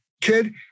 kid